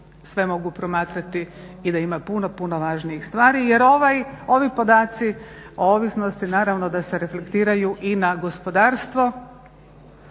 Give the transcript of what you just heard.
sve mogu promatrati i da ima puno, puno važnijih stvari jer ovi podaci o ovisnosti naravno da se reflektiraju i na gospodarstvo